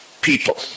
people